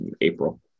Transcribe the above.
april